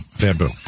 bamboo